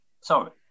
sorry